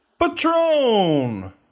Patron